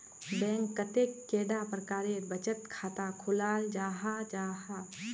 Bank कतेक कैडा प्रकारेर बचत खाता खोलाल जाहा जाहा?